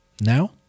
Now